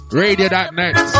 radio.net